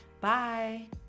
Bye